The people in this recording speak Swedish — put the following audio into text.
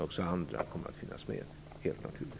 Också andra kommer, helt naturligt, att finnas med.